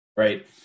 Right